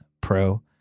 Pro